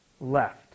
left